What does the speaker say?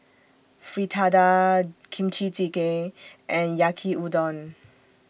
Fritada Kimchi Jjigae and Yaki Udon